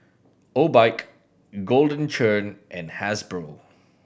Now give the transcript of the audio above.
Obike Golden Churn and Hasbro